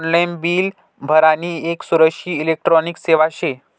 online bill भरानी येक सुरक्षित इलेक्ट्रॉनिक सेवा शे